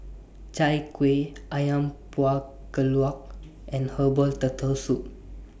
Chai Kueh Ayam Buah Keluak and Herbal Turtle Soup